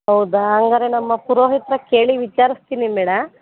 ಹೌದಾ ಹಂಗಾದ್ರೆ ನಮ್ಮ ಪುರೋಹಿತ್ರನ್ನ ಕೇಳಿ ವಿಚಾರಿಸ್ತೀನಿ ಮೇಡ